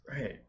Right